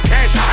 Cash